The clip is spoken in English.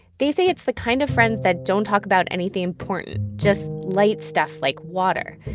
they say it's the kind of friends that don't talk about anything important just light stuff, like water.